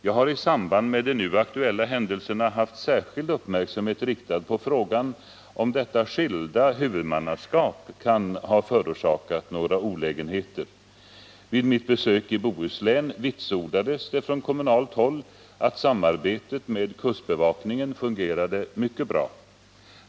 Jag har i samband med de nu aktuella händelserna haft särskild uppmärksamhet riktad på frågan om detta skilda huvudmannaskap kan ha förorsakat några olägenheter. Vid mitt besök i Bohuslän vitsordades det från kommunalt håll att samarbetet med kustbevakningen fungerade mycket bra.